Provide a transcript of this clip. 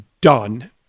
done